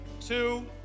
two